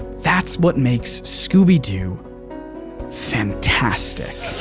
that's what makes scooby-doo fantastic.